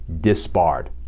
disbarred